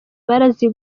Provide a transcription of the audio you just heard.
ndetse